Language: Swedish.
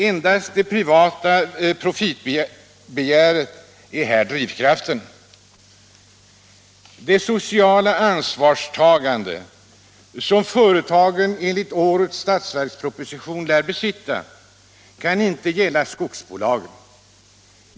Endast det privata profitbegäret är här drivkraften. Det ”sociala ansvarstagande”, som företagen enligt årets budgetproposition lär besitta, kan inte gälla skogsbolagen.